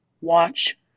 Watch